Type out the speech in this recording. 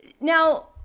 Now